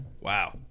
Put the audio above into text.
wow